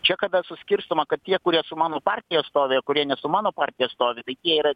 čia kada suskirstoma kad tie kurie su mano partija stovi kurie ne su mano partija stovi tai tie yra